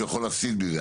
שהוא יכול להפסיד מזה,